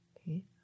okay